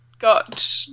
got